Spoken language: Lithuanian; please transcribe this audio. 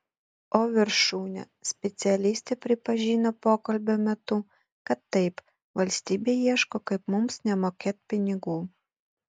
o viršūnė specialistė pripažino pokalbio metu kad taip valstybė ieško kaip mums nemokėt pinigų